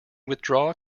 withdraw